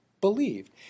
believed